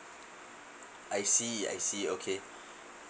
I see I see okay